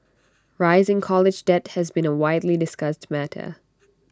rising college debt has been A widely discussed matter